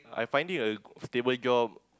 I finding a stable job